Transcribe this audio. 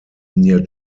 near